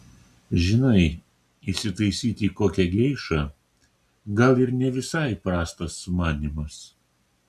žinai įsitaisyti kokią geišą gal ir ne visai prastas sumanymas